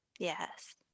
Yes